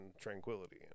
tranquility